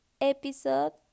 episode